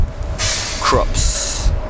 Crops